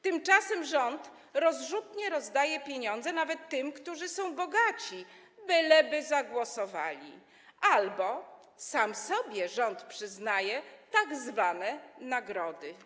Tymczasem rząd rozrzutnie rozdaje pieniądze nawet tym, którzy są bogaci, byleby zagłosowali, albo sam sobie przyznaje tzw. nagrody.